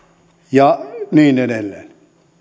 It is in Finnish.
ja niin edelleen